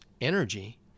energy